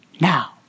Now